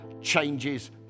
changes